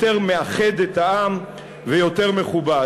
יותר מאחד את העם ויותר מכובד.